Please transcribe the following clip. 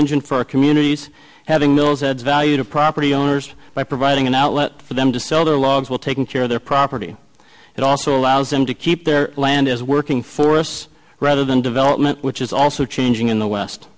engine for our communities having mills adds value to property owners by providing an outlet for them to sell their logs will taking care of their property it also allows them to keep their land is working for us rather than development which is also changing in the west